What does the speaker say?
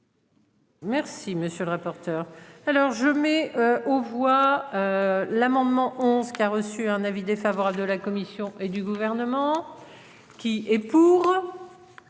Merci monsieur le rapporteur. Alors je mets aux voix. L'amendement 11 qui a reçu un avis défavorable de la Commission et du gouvernement. Qui est pour.